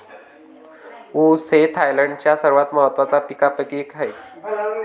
ऊस हे थायलंडच्या सर्वात महत्त्वाच्या पिकांपैकी एक आहे